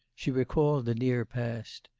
she recalled the near past.